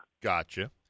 Gotcha